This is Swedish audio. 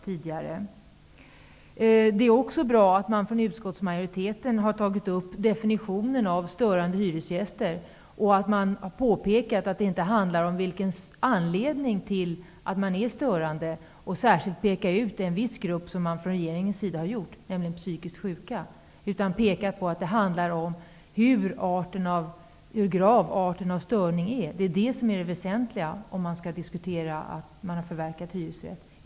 Vidare är det bra att utskottsmajoriteten har tagit upp definitionen av detta med störande hyresgäster och att man påpekar att det inte handlar om anledningen till att någon är störande eller om att peka ut en viss grupp, de psykiskt sjuka -- som man från regeringens sida har pekat ut. I stället pekar man på att det handlar om arten av grav störning. Det är det väsentliga när det gäller diskussionen om förverkad hyresrätt.